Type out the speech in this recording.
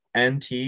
NT